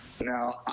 Now